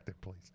please